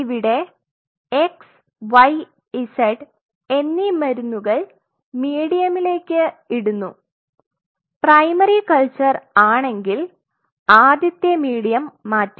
ഇവിടെ xyz എന്നീ മരുന്നുകൾ മീഡിയമിലേക്ക് ഇടുന്നു പ്രൈമറി കൾച്ചർ ആണെങ്കിൽ ആദ്യത്തെ മീഡിയം മാറ്റും